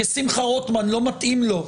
כי לשמחה רוטמן לא מתאים לו.